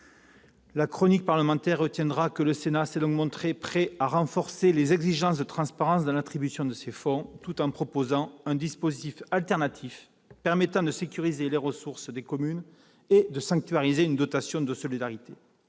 La chronique parlementaire retiendra que le Sénat s'est montré prêt à renforcer les exigences de transparence dans l'attribution de ces fonds tout en proposant un dispositif alternatif sécurisant les ressources des communes et sanctuarisant une dotation de solidarité.